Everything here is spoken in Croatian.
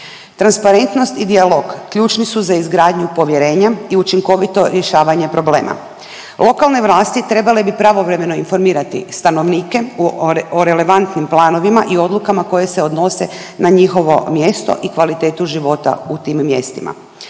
Transparentnost i dijalog ključni su za izgradnju povjerenja i učinkovito rješavanje problema. Lokalne vlasti trebale bi pravovremeno informirati stanovnike o relevantnim planovima i odlukama koje se odnose na njihovo mjesto i kvalitetu života u tim mjestima.